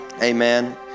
Amen